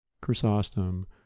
chrysostom